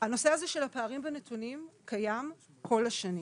הנושא הזה של הפערים בנתונים קיים כל השנים,